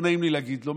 לא נעים לי להגיד לו,